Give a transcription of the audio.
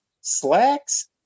slacks